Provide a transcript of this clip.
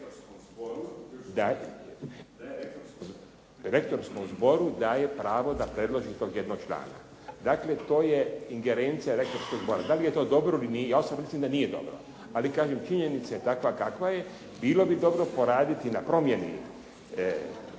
... zboru daje pravo da predloži tog jednog člana. Dakle, to je ingerencija rektorskog zbora. Da li je to dobro ili nije? Ja osobno mislim da nije dobro. Ali kažem činjenica je takva kakva je. Bilo bi dobro poraditi na promjeni